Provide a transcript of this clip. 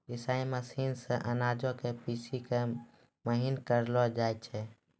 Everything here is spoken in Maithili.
पिसाई मशीनो से अनाजो के पीसि के महीन करलो जाय छै